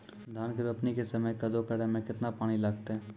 धान के रोपणी के समय कदौ करै मे केतना पानी लागतै?